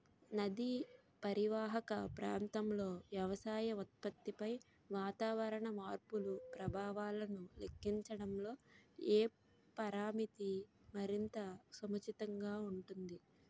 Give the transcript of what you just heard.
నదీ పరీవాహక ప్రాంతంలో వ్యవసాయ ఉత్పత్తిపై వాతావరణ మార్పుల ప్రభావాలను లెక్కించడంలో ఏ పరామితి మరింత సముచితంగా ఉంటుంది?